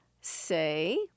say